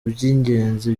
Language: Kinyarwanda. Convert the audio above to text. by’ingenzi